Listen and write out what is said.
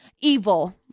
evil